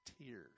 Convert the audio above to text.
tears